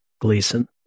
Gleason